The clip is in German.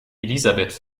elisabeth